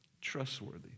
Trustworthy